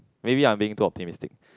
maybe I'm being too optimistic